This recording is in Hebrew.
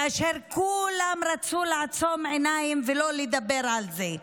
כאשר כולם רצו לעצום עיניים ולא לדבר על זה.